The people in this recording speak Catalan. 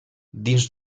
dins